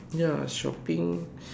ya shopping